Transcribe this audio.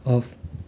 of